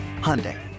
Hyundai